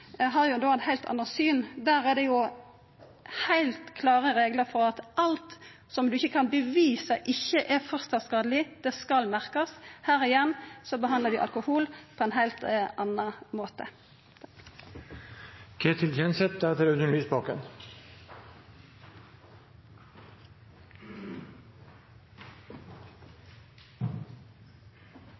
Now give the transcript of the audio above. har eit heilt anna syn. Der er det heilt klare reglar for at alt som ein ikkje kan bevisa ikkje er skadeleg for fosteret, skal merkjast. Igjen behandlar vi alkohol på ein heilt annan måte.